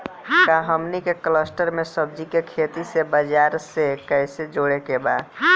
का हमनी के कलस्टर में सब्जी के खेती से बाजार से कैसे जोड़ें के बा?